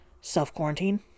self-quarantine